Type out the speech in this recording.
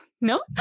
no